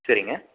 சரிங்க